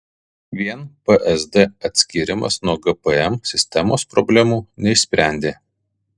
vien psd atskyrimas nuo gpm sistemos problemų neišsprendė